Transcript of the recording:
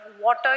water